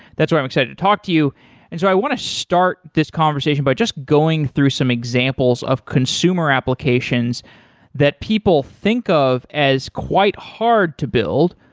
that's why i'm excited to talk to you and so i want to start this conversation by just going through some examples of consumer applications that people think of as quite hard to build,